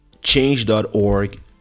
change.org